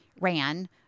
ran